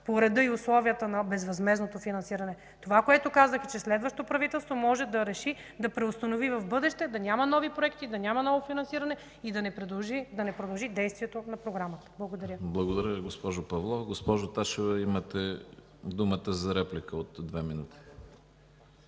по реда и условията на безвъзмездното финансиране. Това, което казах, е, че следващо правителство може да реши да преустанови в бъдеще да няма нови проекти, да няма ново финансиране и да не продължи действието на Програмата. Благодаря Ви. ПРЕДСЕДАТЕЛ ЯНАКИ СТОИЛОВ: Благодаря Ви, госпожо Павлова. Госпожо Ташева, имате думата за реплика в рамките